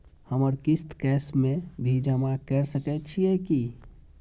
हमर किस्त कैश में भी जमा कैर सकै छीयै की?